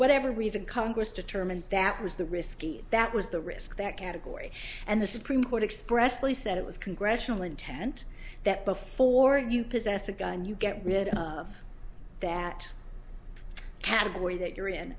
whatever reason congress determined that was the risky that was the risk that category and the supreme court expressly said it was congressional intent that before you possess a and you get rid of that category that you're in